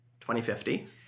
2050